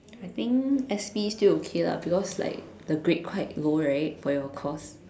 I think S_P still okay lah because like the grade quite low right for you course